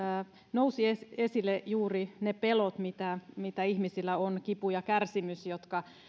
nousivat esille juuri ne pelot mitä mitä ihmisillä on kipu ja kärsimys jotka